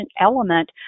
element